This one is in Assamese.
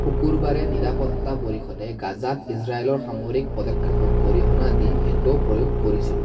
শুকুৰবাৰে নিৰাপত্তা পৰিষদে গাজাত ইজৰাইলৰ সামৰিক পদক্ষেপক গৰিহণা দি ভেটো প্ৰয়োগ কৰিছিল